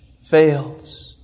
fails